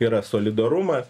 yra solidarumas